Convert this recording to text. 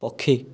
ପକ୍ଷୀ